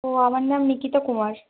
ও আমার নাম নিকিতা কুমার